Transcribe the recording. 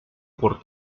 por